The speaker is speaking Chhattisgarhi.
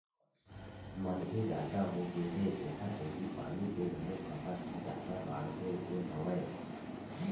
मनखे जादा होगे हे तेखर सेती पानी के घलोक खपत ह जादा बाड़गे गे हवय